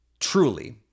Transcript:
Truly